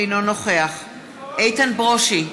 אינו נוכח איתן ברושי,